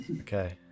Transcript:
Okay